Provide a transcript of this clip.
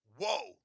Whoa